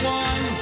one